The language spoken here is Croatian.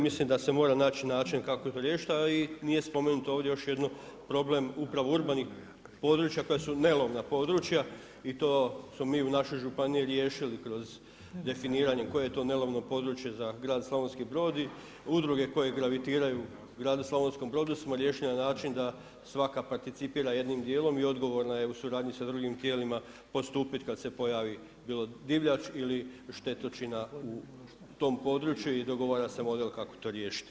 Mislim da se mora naći način kako to riješiti, a i nije spomenuto ovdje još jedno problem upravo urbanih područja koja su nelovna područja i to smo mi u našoj županiji riješili kroz definiranjem koje je to nelovno područje za grad Slavonski Brod i udruge koje gravitiraju u gradu Slavonskom Brodu, smo riješili na način da svaka participira jednim dijelom i odgovorna je u suradnji sa drugim tijelima postupit kad se pojavi bilo divljač ili štetočina u tom području i dogovara se model kako to riješiti.